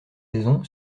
saison